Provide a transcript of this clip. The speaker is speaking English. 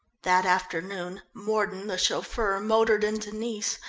that afternoon mordon, the chauffeur, motored into nice,